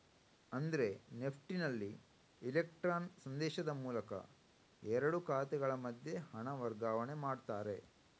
ಅಂದ್ರೆ ನೆಫ್ಟಿನಲ್ಲಿ ಇಲೆಕ್ಟ್ರಾನ್ ಸಂದೇಶದ ಮೂಲಕ ಎರಡು ಖಾತೆಗಳ ಮಧ್ಯೆ ಹಣ ವರ್ಗಾವಣೆ ಮಾಡ್ತಾರೆ